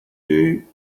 you